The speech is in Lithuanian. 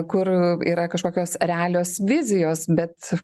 kur yra kažkokios realios vizijos bet